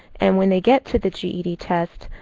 and when they get to the ged test,